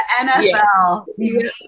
nfl